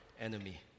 enemy